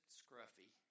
scruffy